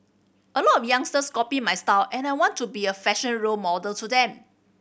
a lot of youngsters copy my style and I want to be a fashion role model to them